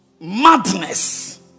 madness